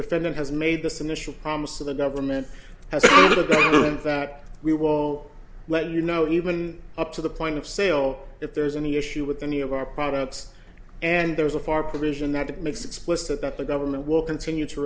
defendant has made this initial promise to the government has to do in fact we will let you know even up to the point of sale if there's any issue with any of our products and there's a far provision that it makes explicit that the government will continue to